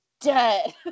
dead